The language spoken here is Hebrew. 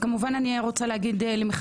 כמובן ברצוני להודות למנהלת הוועדה,